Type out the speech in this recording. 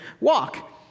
walk